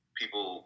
people